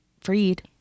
freed